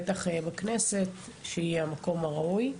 בטח בכנסת שהיא המקום הראוי.